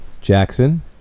Jackson